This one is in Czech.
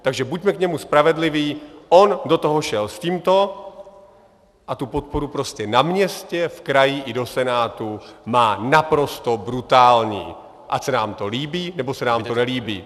Takže buďme k němu spravedliví, on do toho šel s tímto a tu podporu prostě na městě, v kraji i do Senátu má naprosto brutální, ať se nám to líbí, nebo se nám to nelíbí.